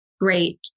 great